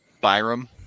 Byram